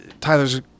tyler's